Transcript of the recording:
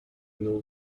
know